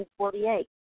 1948